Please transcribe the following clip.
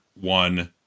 one